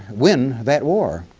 win that war.